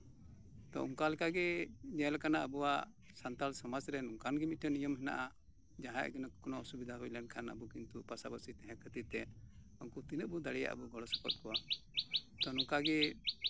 ᱛᱚ ᱚᱱᱠᱟ ᱞᱮᱠᱟ ᱜᱮ ᱧᱮᱞ ᱟᱠᱟᱱᱟ ᱟᱵᱚᱣᱟᱜ ᱥᱟᱱᱛᱟᱞ ᱥᱚᱢᱟᱡᱽ ᱨᱮ ᱱᱚᱝᱠᱟ ᱜᱮ ᱢᱤᱫᱴᱮᱱ ᱱᱤᱭᱚᱢ ᱦᱮᱱᱟᱜᱼᱟ ᱡᱟᱦᱟᱸᱭᱟᱜ ᱜᱮ ᱚᱥᱩᱵᱤᱫᱷᱟ ᱦᱳᱭ ᱞᱮᱱᱠᱷᱟᱱ ᱟᱵᱚ ᱠᱤᱱᱛᱩ ᱯᱟᱥᱟᱯᱟᱥᱤ ᱛᱟᱦᱮᱱ ᱠᱷᱟᱹᱛᱤᱨ ᱛᱮ ᱩᱱᱠᱩ ᱛᱤᱱᱟᱹᱜ ᱵᱚ ᱫᱟᱲᱮᱭᱟᱜ ᱟᱵᱚ ᱵᱚᱱ ᱜᱚᱲᱚ ᱥᱚᱯᱚᱦᱚᱫ ᱠᱚᱣᱟ ᱚᱱᱠᱟ ᱜᱮ